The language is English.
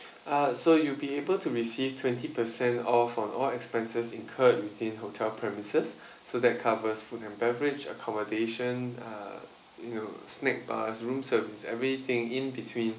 uh so you'll be able to receive twenty percent off on all expenses incurred within hotel premises so that covers food and beverage accommodation uh snack bar as room service everything in between